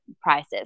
prices